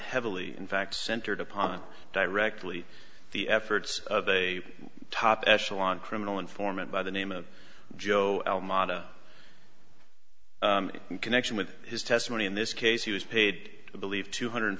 heavily in fact centered upon directly the efforts of a top echelon criminal informant by the name of joe mata in connection with his testimony in this case he was paid to believe two hundred